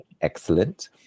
Excellent